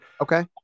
Okay